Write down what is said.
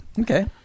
Okay